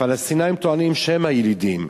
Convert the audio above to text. הפלסטינים טוענים שהם הילידים.